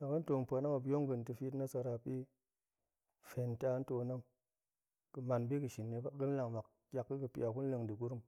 laga̱n tong pa̱nang muk tong ga̱ ntifit nasara muop i, fen nta tonang ga̱ man bi ga̱ shin ni ba, ga̱ lang mak, ƙiak ga̱ ga̱ pia, gun leng nda̱ gurum